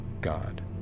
God